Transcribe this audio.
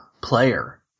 player